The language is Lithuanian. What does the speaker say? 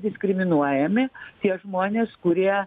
diskriminuojami tie žmonės kurie